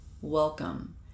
Welcome